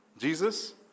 Jesus